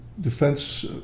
defense